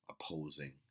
opposing